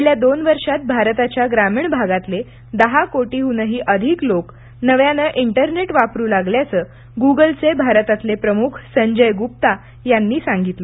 गेल्या दोन वर्षात भारताच्या ग्रामीण भागातले दहा कोटीहूनही अधिक लोक नव्याने इंटरनेट वापरू लागल्याचं गूगलचे भारतातले प्रमुख संजय गुप्ता यांनी सांगितलं